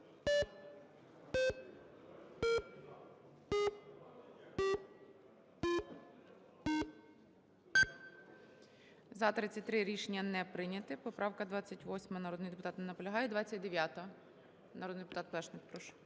За-33 Рішення не прийнято. Поправка 28. Народний депутат не полягає. 29-а. Народний депутат Пташник, прошу.